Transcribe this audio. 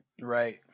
Right